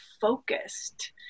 focused